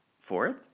fourth